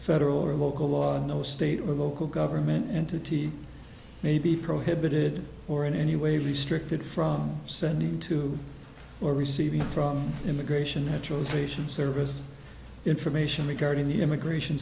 federal or local law or no state or local government entity may be prohibited or in any way restricted from sending to or receiving from immigration naturalization service information regarding the immigration